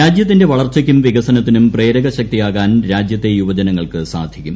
രാജ്യത്തിന്റെ വളർച്ചയ്ക്കും വികസനത്തിനും പ്രേരക ശക്തിയാകാൻ രാജ്യത്തെ യുവജനങ്ങൾക്ക് സാധിക്കും